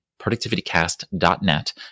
productivitycast.net